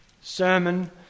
sermon